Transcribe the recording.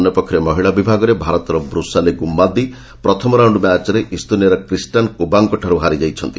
ଅନ୍ୟପକ୍ଷରେ ମହିଳା ବିଭାଗରେ ଭାରତର ବୃଷାଲି ଗୁମ୍ମାଦୀ ପ୍ରଥମ ରାଉଣ୍ଡ ମ୍ୟାଚ୍ରେ ଇସ୍ତୋନିଆର କ୍ରିଷ୍ଟାନ୍ କୁବାଙ୍କଠାରୁ ହାରିଯାଇଛନ୍ତି